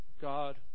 God